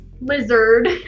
lizard